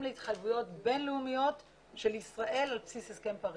להתחייבויות בין-לאומיות של ישראל על בסיס הסכם פריז.